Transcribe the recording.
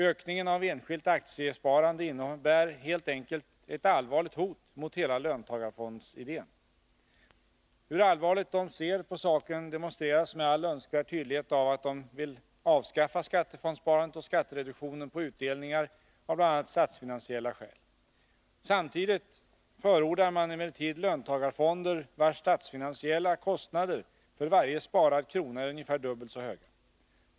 Ökningen av enskilt aktiesparande innebär helt enkelt ett allvarligt hot mot hela löntagarfondsidén. Hur allvarligt de ser på saken demonstreras med all önskvärd tydlighet av att de vill avskaffa skattefondssparandet och skattereduktionen på utdelningar av bl.a. statsfinansiella skäl. Samtidigt förordar de emellertid löntagarfonder, vilkas statsfinansiella kostnader för varje sparad krona är ungefär dubbelt så höga.